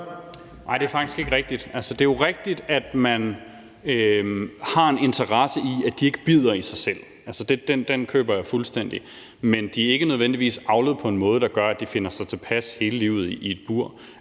Nej, det er faktisk ikke rigtigt. Det er jo rigtigt, at man har en interesse i, at de ikke bider i sig selv. Den køber jeg fuldstændig. Men de er ikke nødvendigvis avlet på en måde, der gør, at definder sig tilpas med at leve